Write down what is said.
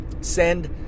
send